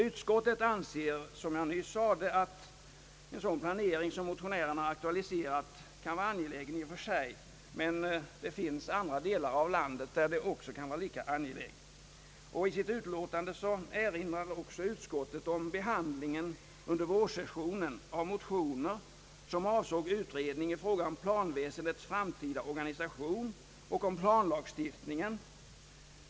Utskottet anser, som jag nyss sade, att en sådan planering som motionärerna aktualiserat kan vara angelägen i och för sig men att det finns andra delar av landet där en planering kan vara lika angelägen. Utskottet erinrar också om behandlingen under vårsessionen av motioner som avsåg utredning om planväsendets framtida organisation och om planlagstiftningen.